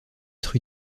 être